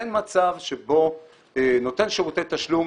אין מצב שבו נותן שירותי תשלו,